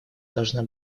должна